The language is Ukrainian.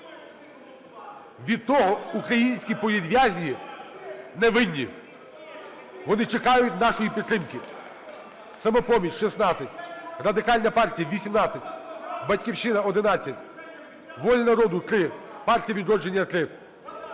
Від того українські політв'язні не винні. Вони чекають нашої підтримки. "Самопоміч" – 16, Радикальна партія – 18, "Батьківщина" – 11, "Воля народу" – 3, партія "Відродження" – 3.